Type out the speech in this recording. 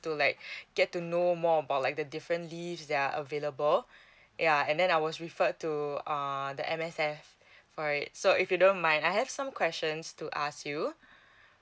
to like get to know more about like the different leave that are available yeah and then I was referred to err the M_S_F for it so if you don't mind I have some questions to ask you